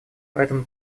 поэтому